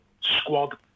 squad